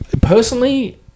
personally